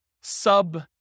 sub